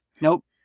Nope